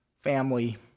family